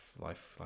life